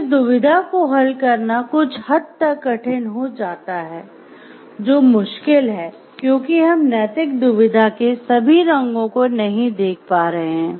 इस दुविधा को हल करना कुछ हद तक कठिन हो जाता है जो मुश्किल है क्योंकि हम नैतिक दुविधा के सभी रंगों को नहीं देख पा रहे हैं